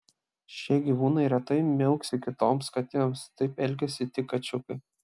šie gyvūnai retai miauksi kitoms katėms taip elgiasi tik kačiukai